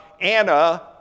Anna